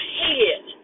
head